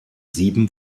sieben